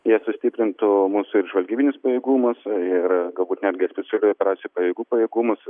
ji sustiprintų mūsų ir žvalgybinius pajėgumus ir galbūt netgi specialiųjų operacijų pajėgų pajėgumus